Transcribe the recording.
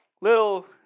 little –